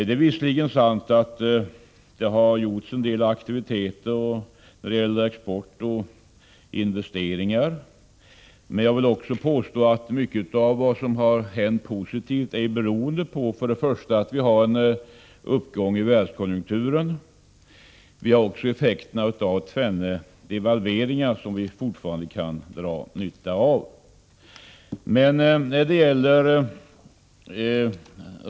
Det är visserligen sant att en del har gjorts i fråga om export och investeringar, men jag vill framhålla att mycket av det positiva som hänt beror på i första hand en uppgång i världskonjunkturen men också på de effekter av tvenne devalveringar som vi fortfarande kan dra nytta av.